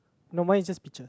no mine is just picture